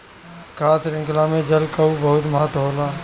खाद्य शृंखला में जल कअ बहुत महत्व होला